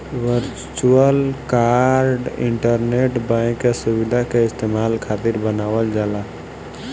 virtual card internet bank के सुविधा के इस्तेमाल खातिर बनावल जाला